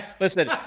Listen